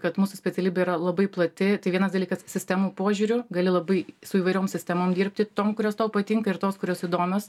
kad mūsų specialybė yra labai plati tai vienas dalykas sistemų požiūriu gali labai su įvairiom sistemom dirbti tom kurios tau patinka ir tos kurios įdomios